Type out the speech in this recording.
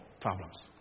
problems